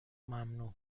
ممنوع